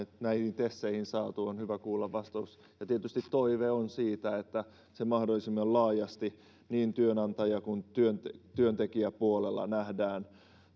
näihin teseihin saatu on hyvä kuulla vastaus tietysti toive on se että se mahdollisimman laajasti niin työnantaja kuin työntekijäpuolella nähdään